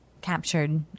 captured